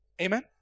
Amen